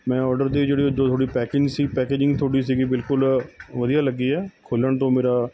ਮੈਂ ਔਡਰ ਦੇ ਜਿਹੜੀ ਜੋ ਤੁਹਾਡੇ ਪੈਕਿੰਗ ਸੀਗੀ ਪੈਕਿੰਗ ਸੀਗੀ ਤੁਹਾਡੀ ਸੀਗੀ ਬਿਲਕੁੱਲ ਵਧੀਆ ਲੱਗੀ ਹੈ ਖੋਲ੍ਹਣ ਤੋਂ ਮੇਰਾ